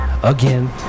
Again